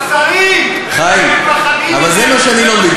השרים שמפחדים, חיים, אבל זה מה שאני לא מבין.